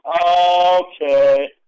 Okay